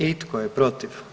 I tko je protiv?